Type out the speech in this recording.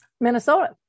Minnesota